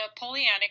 napoleonic